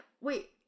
Wait